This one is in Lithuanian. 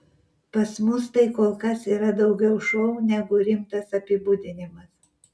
pas mus tai kol kas yra daugiau šou negu rimtas apibūdinimas